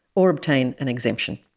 or obtain an exemption,